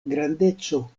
grandeco